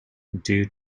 due